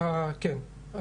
כן.